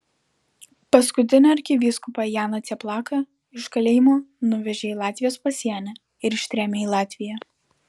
paskutinį arkivyskupą janą cieplaką iš kalėjimo nuvežė į latvijos pasienį ir ištrėmė į latviją